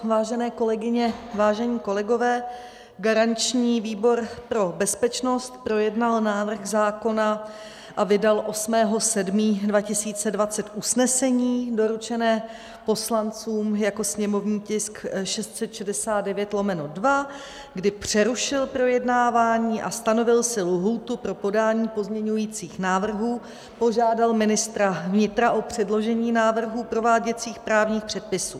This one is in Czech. Vážené kolegyně, vážení kolegové, garanční výbor pro bezpečnost projednal návrh zákona a vydal 8. 7. 2020 usnesení doručené poslancům jako sněmovní tisk 669/2, kdy přerušil projednávání a stanovil si lhůtu pro podání pozměňujících návrhů, požádal ministra vnitra o předložení návrhů prováděcích právních předpisů.